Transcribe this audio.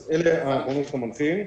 אז אלה העקרונות המנחים.